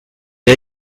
est